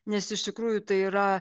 nes iš tikrųjų tai yra